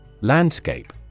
Landscape